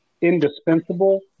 indispensable